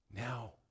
Now